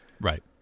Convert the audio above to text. Right